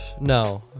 No